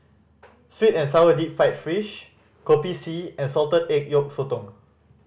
sweet and sour deep fried fish Kopi C and salted egg yolk sotong